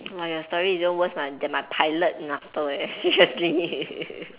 !wah! your story even worst my than my pilot master eh seriously